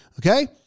okay